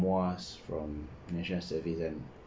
was from national service then